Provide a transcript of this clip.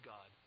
God